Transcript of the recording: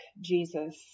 Jesus